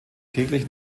täglich